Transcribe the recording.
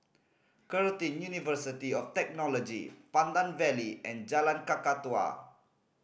Curtin University of Technology Pandan Valley and Jalan Kakatua